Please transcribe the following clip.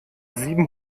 sieben